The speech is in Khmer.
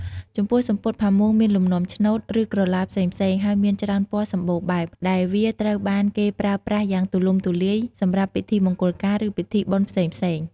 ចំពោះសំពត់ផាមួងមានលំនាំឆ្នូត ឬក្រឡាផ្សេងៗ ហើយមានច្រើនពណ៌សម្បូរបែប ដែលវាត្រូវបានគេប្រើប្រាស់យ៉ាងទូលំទូលាយសម្រាប់ពិធីមង្គលការ ឬពិធីបុណ្យផ្សេងៗ ។